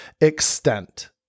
extent